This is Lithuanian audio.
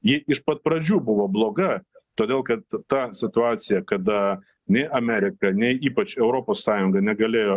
ji iš pat pradžių buvo bloga todėl kad ta situacija kada nei amerika nei ypač europos sąjunga negalėjo